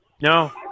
No